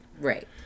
Right